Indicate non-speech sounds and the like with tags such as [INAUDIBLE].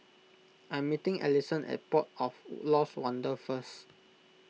[NOISE] I'm meeting Alisson at Port of Lost Wonder first